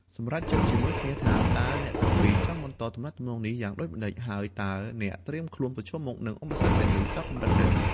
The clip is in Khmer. សម្រេចចិត្តជាមួយគ្នាថា តើអ្នកទាំងពីរចង់បន្តទំនាក់ទំនងនេះយ៉ាងដូចម្តេច ហើយតើអ្នកត្រៀមខ្លួនប្រឈមមុខនឹងឧបសគ្គទាំងនេះដល់កម្រិតណា។